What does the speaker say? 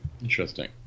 Interesting